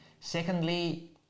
Secondly